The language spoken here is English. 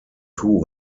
two